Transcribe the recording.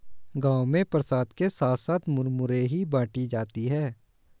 गांव में प्रसाद के साथ साथ मुरमुरे ही बाटी जाती है